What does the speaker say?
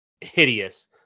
hideous